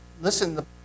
listen